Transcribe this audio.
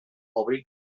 obrin